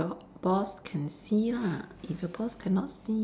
your boss can see lah if your boss cannot see